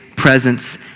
presence